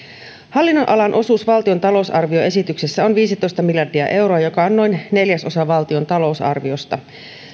hallinnonalan osuus valtion talousarvioesityksessä on viisitoista miljardia euroa mikä on noin neljäs osa valtion talousarviosta